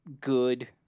good